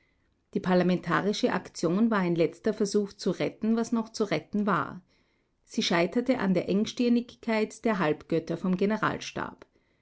die parlamentarische aktion war ein letzter versuch zu retten was noch zu retten war sie scheiterte an der engstirnigkeit der halbgötter vom generalstab